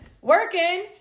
working